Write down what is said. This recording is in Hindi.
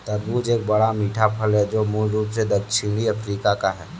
तरबूज एक बड़ा, मीठा फल है जो मूल रूप से दक्षिणी अफ्रीका का है